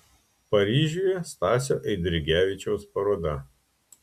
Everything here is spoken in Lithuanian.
paryžiuje stasio eidrigevičiaus paroda